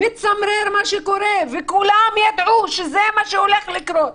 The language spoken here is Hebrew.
מצמרר מה שקורה, וכולם ידעו שזה מה שהולך לקרות,